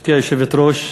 גברתי היושבת-ראש,